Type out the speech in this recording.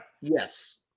Yes